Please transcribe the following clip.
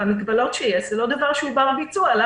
זה לא בר ביצוע,